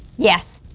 yes.